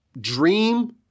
dream